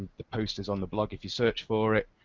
the post is on the blog if you search for it.